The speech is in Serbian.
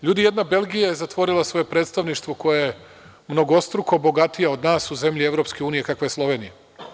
Ljudi, jedna Belgija je zatvorila svoje predstavništvo, koja je mnogostruko bogatija od nas, u zemlji EU kakva je Slovenija.